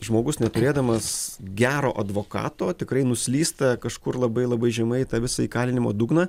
žmogus neturėdamas gero advokato tikrai nuslysta kažkur labai labai žemai į tą visą įkalinimo dugną